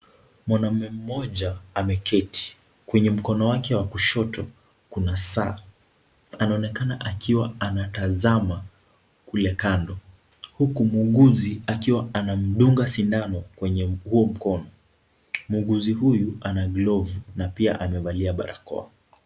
Mwanamume mmoja ameketi, kwenye mkono wake wa kushoto kuna saa, anaonekana akiwa anatazama kule kando huku muuguzi akiwa anamdunga sindano kwenye huo mkono. Muuguzi huyu ana glovu na pia amevalia barakoa.